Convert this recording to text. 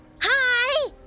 Hi